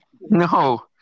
No